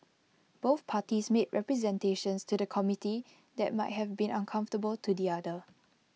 both parties made representations to the committee that might have been uncomfortable to the other